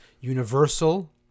universal